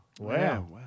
Wow